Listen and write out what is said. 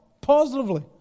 positively